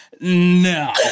no